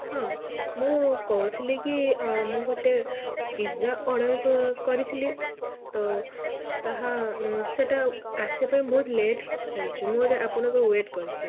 ହଁ ମୁଁ କହୁଥିଲି କି ମୁଁ ଗୋଟେ ପିଜ୍ଜା ଅର୍ଡ଼ର କରିଥିଲି ତ ତାହା ସେଇଟା ଆସିବା ପାଇଁ ବହୁତ ଲେଟ୍ ହେଉଛି ମୁଁ ଏବେ ଆପଣଙ୍କ ୱେଟ୍ କରିଛି